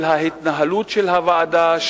של ההתנהלות של הוועדה,